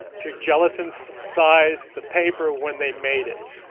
to gelatin size the paper when they made it